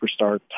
superstar